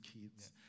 kids